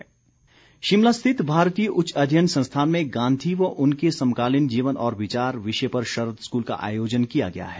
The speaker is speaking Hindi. शरद स्कूल शिमला रिथित भारतीय उच्च अध्ययन संस्थान में गांधी व उनके समकालीन जीवन और विचार विषय पर शरद स्कूल का आयोजन किया गया है